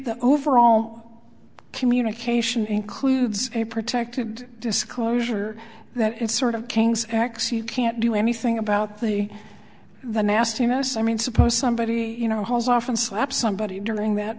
the overall communication includes a protected disclosure that it's sort of king's x you can't do anything about plea the nastiness i mean suppose somebody you know holds off and slap somebody during that